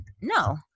no